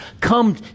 come